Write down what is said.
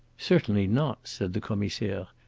certainly not, said the commissaire.